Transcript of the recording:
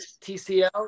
TCL